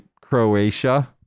Croatia